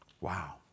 Wow